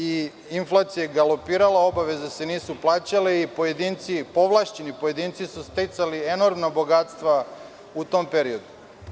Inflacija je galopirala, obaveze se nisu plaćale i povlašćeni pojedinci su sticali enormna bogatstva u tom periodu.